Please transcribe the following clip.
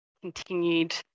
continued